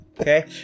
Okay